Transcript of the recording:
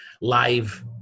live